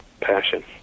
passion